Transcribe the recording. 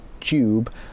tube